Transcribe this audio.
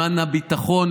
למען הביטחון,